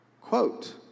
Quote